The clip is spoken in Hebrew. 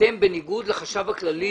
אתם בניגוד לחשב הכללי